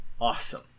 awesome